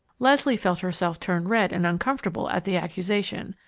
leslie felt herself turn red and uncomfortable at the accusation,